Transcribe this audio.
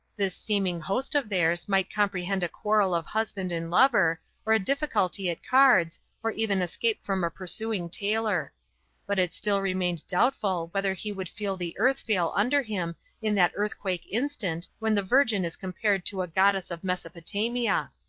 this seeming host of theirs might comprehend a quarrel of husband and lover or a difficulty at cards or even escape from a pursuing tailor but it still remained doubtful whether he would feel the earth fail under him in that earthquake instant when the virgin is compared to a goddess of mesopotamia.